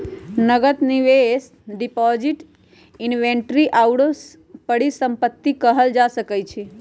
नकद, निवेश, depository, inventory आउरो के परिसंपत्ति कहल जा सकइ छइ